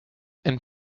and